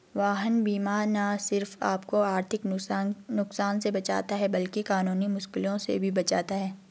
वाहन बीमा न सिर्फ आपको आर्थिक नुकसान से बचाता है, बल्कि कानूनी मुश्किलों से भी बचाता है